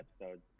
episodes